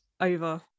over